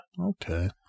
Okay